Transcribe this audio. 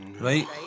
right